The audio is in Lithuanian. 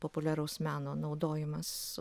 populiaraus meno naudojimas